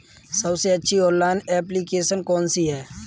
सबसे अच्छी online application कौन सी है?